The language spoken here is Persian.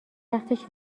وقتش